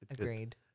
Agreed